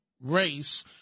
race